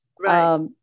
Right